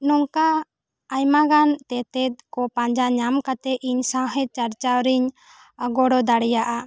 ᱱᱚᱝᱠᱟᱱ ᱟᱭᱢᱟᱜᱟᱱ ᱛᱮᱛᱮᱫ ᱠᱚ ᱯᱟᱸᱡᱟ ᱧᱟᱢ ᱠᱟᱛᱮ ᱤᱧ ᱥᱟᱶᱦᱮᱫ ᱪᱟᱨᱪᱟᱣ ᱨᱮᱧ ᱜᱚᱲᱚ ᱫᱟᱲᱮᱭᱟᱜᱼᱟ